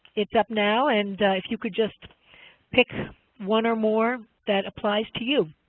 it's up now, and if you could just pick one or more that applies to you.